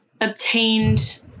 obtained